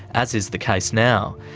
as is the case now,